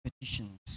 petitions